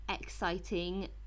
exciting